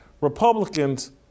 Republicans